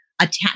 attach